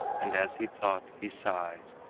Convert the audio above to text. and as he thought he sighed,